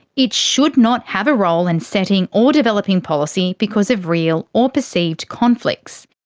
it should not have a role in setting or developing policy because of real or perceived conflicts.